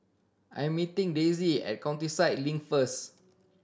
I'm meeting Daisy at Countryside Link first